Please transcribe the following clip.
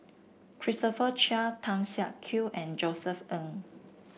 Christopher Chia Tan Siak Kew and Josef Ng